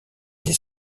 des